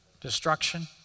Destruction